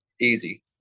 easy